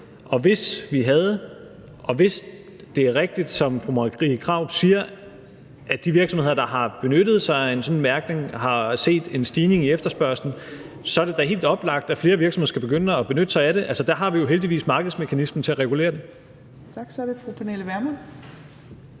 Og hvis det er rigtigt, hvad fru Marie Krarup siger, altså at de virksomheder, der har benyttet sig af en sådan mærkning, har set en stigning i efterspørgslen, så er det da helt oplagt, at flere virksomheder skal begynde at benytte sig af det. Altså, der har vi jo heldigvis markedsmekanismen til at regulere det. Kl. 15:26 Fjerde næstformand